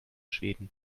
schweden